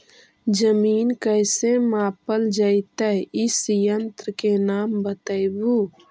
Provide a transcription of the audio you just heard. जमीन कैसे मापल जयतय इस यन्त्र के नाम बतयबु?